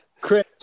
Chris